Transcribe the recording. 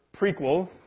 prequels